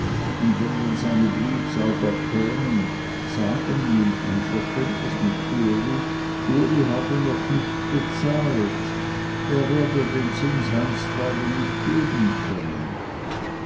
und wenn dann seine blutsauger kämen sagen im einverständnis mit uli uli habe noch nicht bezahlt er werde den zins einstweilen nicht geben können